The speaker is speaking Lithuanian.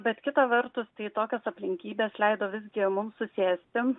bet kita vertus tai tokios aplinkybės leido visgi mums susėsti